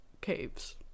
caves